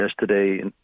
Yesterday